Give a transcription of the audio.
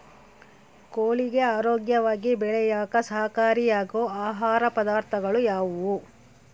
ಕೋಳಿಗೆ ಆರೋಗ್ಯವಾಗಿ ಬೆಳೆಯಾಕ ಸಹಕಾರಿಯಾಗೋ ಆಹಾರ ಪದಾರ್ಥಗಳು ಯಾವುವು?